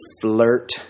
flirt